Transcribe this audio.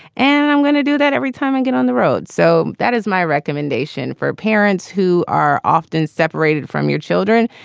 and i'm going to do that every time i get on the road. so that is my recommendation for parents who are often separated from your children.